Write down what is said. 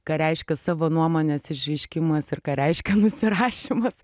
ką reiškia savo nuomonės išreiškimas ir ką reiškia nusirašymas